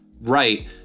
right